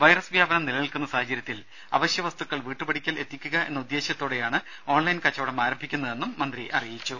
virus വ്യാപനം നിലനിൽക്കുന്ന സാഹചര്യത്തിൽ അവശ്യവസ്തുക്കൾ വീട്ടുപടിക്കൽ എത്തിക്കുക എന്ന ഉദ്ദേശത്തോടെയാണ് ഓൺലൈൻ കച്ചവടം ആരംഭിക്കുന്നതെന്നും മന്ത്രി പറഞ്ഞു